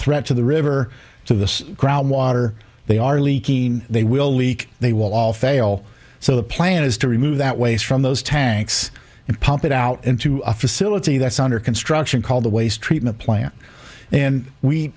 threat to the river to the groundwater they are leaking they will leak they will all fail so the plan is to remove that waste from those tanks and pump it out into a facility that's under construction called the waste treatment plant and we